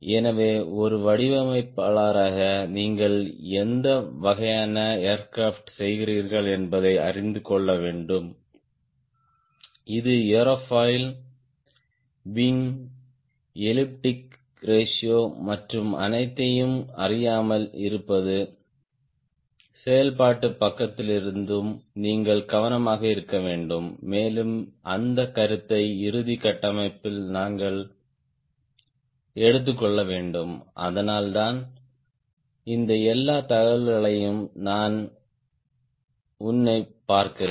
எனவே ஒரு வடிவமைப்பாளராக நீங்கள் எந்த வகையான ஏர்கிராப்ட் செய்கிறீர்கள் என்பதை அறிந்து கொள்ள வேண்டும் இது ஏரோஃபைல் விங் எலிப்டிக் ரேஷியோ மற்றும் அனைத்தையும் அறியாமல் இருப்பது செயல்பாட்டுப் பக்கத்திலிருந்தும் நீங்கள் கவனமாக இருக்க வேண்டும் மேலும் அந்த கருத்தை இறுதி கட்டமைப்பில் நாங்கள் எடுத்துக்கொள்ள வேண்டும் அதனால்தான் இந்த எல்லா தகவல்களையும் நான் உன்னைப் பார்க்கிறேன்